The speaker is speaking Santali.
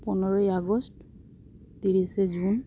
ᱯᱚᱱᱨᱚᱭ ᱟᱜᱚᱥᱴ ᱛᱤᱨᱤᱥᱮ ᱡᱩᱱ